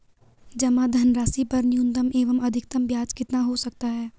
जमा धनराशि पर न्यूनतम एवं अधिकतम ब्याज कितना हो सकता है?